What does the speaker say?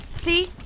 See